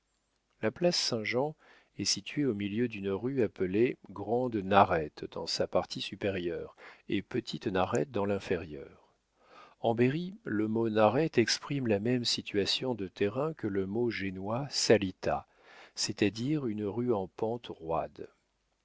la place saint-jean est située au milieu d'une rue appelée grande narette dans sa partie supérieure et petite narette dans l'inférieure en berry le mot narette exprime la même situation de terrain que le mot génois salita c'est-à-dire une rue en pente roide